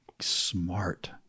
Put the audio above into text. smart